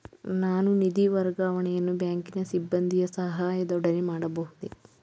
ನಾನು ನಿಧಿ ವರ್ಗಾವಣೆಯನ್ನು ಬ್ಯಾಂಕಿನ ಸಿಬ್ಬಂದಿಯ ಸಹಾಯದೊಡನೆ ಮಾಡಬಹುದೇ?